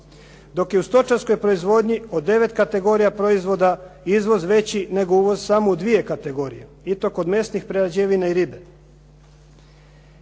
Dok je u stočarskoj proizvodnji od 9 kategorija proizvoda izvoz veći nego uvoz samo u dvije kategorije, i to kod mesnih prerađevina i ribe.